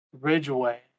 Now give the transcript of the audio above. Ridgeway